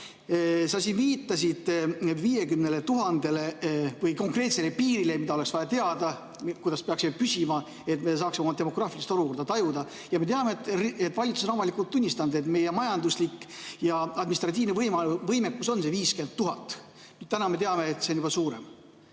Sa viitasid 50 000‑le või konkreetsele piirile, mida oleks vaja teada, kuidas peaksime püsima, et saaksime oma demograafilist olukorda tajuda. Me teame, et valitsus on avalikult tunnistanud, et meie majanduslik ja administratiivne võimekus [piirneb] 50 000 [põgenikuga]. Täna me teame, et [nende hulk] on juba suurem.